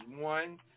one